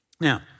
Now